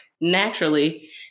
naturally